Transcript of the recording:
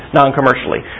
non-commercially